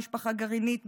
משפחה גרעינית,